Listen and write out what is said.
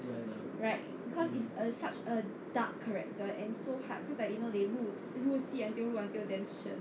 right cause is uh such a dark character and so hard cause I didn't know they 入入戏入 until damn 深